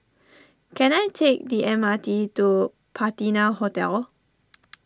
can I take the M R T to Patina Hotel